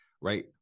right